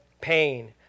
pain